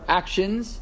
actions